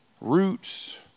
roots